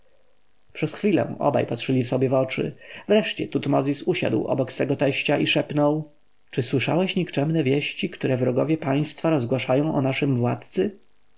przez chwilę obaj patrzyli sobie w oczy wreszcie tutmozis usiadł obok swego teścia i szepnął czy słyszałeś nikczemne wieści które wrogowie państwa rozgłaszają o naszym władcy